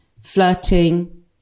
flirting